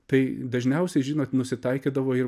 tai dažniausiai žinot nusitaikydavo ir